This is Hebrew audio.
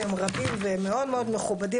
שהם רבים והם מאד מאד מכובדים,